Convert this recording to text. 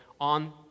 on